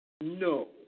No